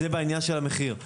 זה בעניין של המחיר.